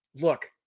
look